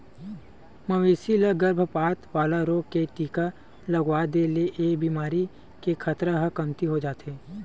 मवेशी ल गरभपात वाला रोग के टीका लगवा दे ले ए बेमारी के खतरा ह कमती हो जाथे